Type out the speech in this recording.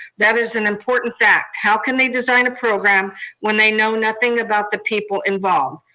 that is an important fact. how can they design a program when they know nothing about the people involved?